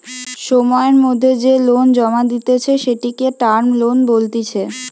সময়ের মধ্যে যে লোন জমা দিতেছে, সেটিকে টার্ম লোন বলতিছে